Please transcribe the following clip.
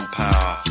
power